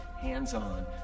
hands-on